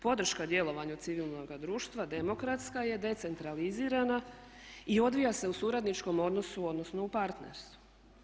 Podrška djelovanju civilnoga društva demokratska je, decentralizirana i odvija se u suradničkom odnosu odnosno u partnerstvu.